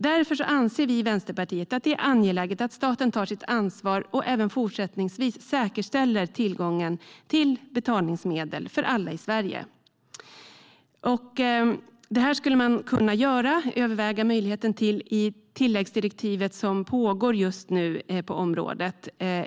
Därför anser vi i Vänsterpartiet att det är angeläget att staten tar sitt ansvar och även fortsättningsvis säkerställer tillgången till betalmedel för alla i Sverige. Regeringen skulle kunna överväga möjligheten att ge tilläggsdirektiv till de utredningar som just nu pågår på området.